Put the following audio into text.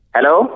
Hello